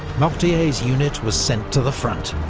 mortier's unit was sent to the front.